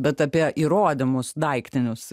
bet apie įrodymus daiktinius